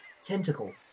tentacle